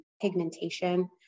pigmentation